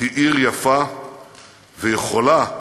היא עיר יפה ויכולה היא,